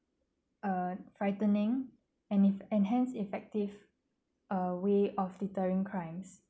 uh frightening and ef~ hence effective uh way of deterring crimes